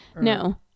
No